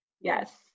Yes